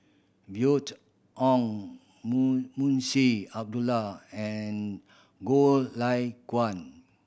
Oon Munshi Abdullah and Goh Lay Kuan